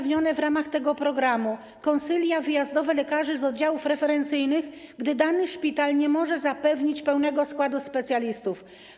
W ramach tego programu są zapewnione konsylia wyjazdowe lekarzy z oddziałów referencyjnych, gdy dany szpital nie może zapewnić pełnego składu specjalistów.